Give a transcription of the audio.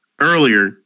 earlier